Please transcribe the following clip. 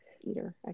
eater